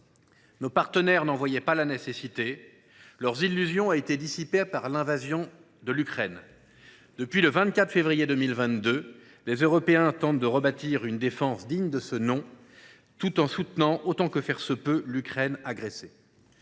stratégique, mais leurs illusions ont été dissipées par l’invasion de l’Ukraine. Depuis le 24 février 2022, les Européens tentent de rebâtir une défense digne de ce nom, tout en soutenant autant que faire se peut, l’Ukraine agressée.